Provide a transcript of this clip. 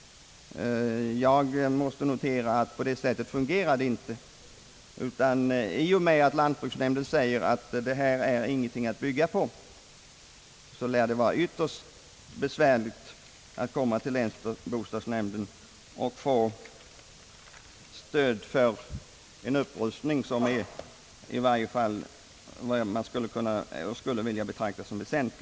Jag måste notera att det inte fungerar på det sättet. I och med att lantbruksnämnden säger att det här ingenting är att bygga på, lär det vara ytterst svårt att komma till vederbörande länsbostadsnämnd och få bidrag till en upprustning, i varje fall om den är mera omfattande.